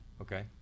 Okay